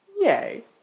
Yay